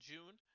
June